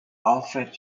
alfred